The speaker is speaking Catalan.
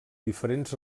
diferents